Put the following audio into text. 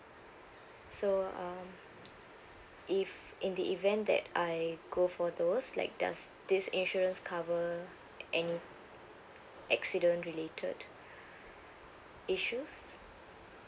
so um if in the event that I go for those like does this insurance cover any accident related issues